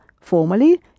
formally